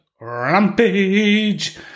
Rampage